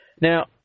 Now